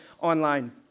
online